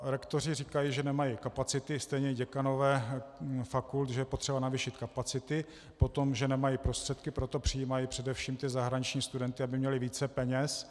Rektoři říkají, že nemají kapacity, stejně děkanové fakult, že je potřeba navýšit kapacity, potom že nemají prostředky, proto přijímají především zahraniční studenty, aby měli více peněz.